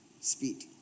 speed